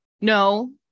no